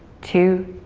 two,